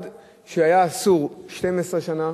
אחד שהיה אסור 12 שנה